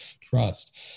trust